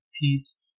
peace